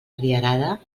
rierada